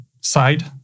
side